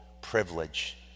privilege